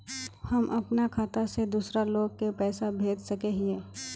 हम अपना खाता से दूसरा लोग के पैसा भेज सके हिये?